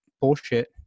bullshit